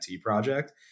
project